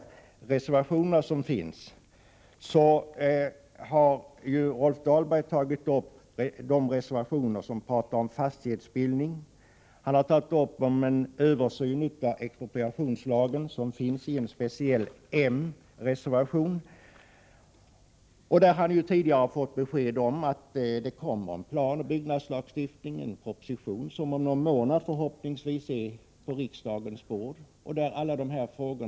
Rolf Dahlberg har tagit upp de reservationer som talar om fastighetsbildning. Han har tagit upp en översyn av expropriationslagen, som förs fram i en speciell moderatreservation. Där har han tidigare fått besked om att det kommer en planoch bygglag, en proposition som förhoppningsvis ligger på riksdagens bord om någon månad.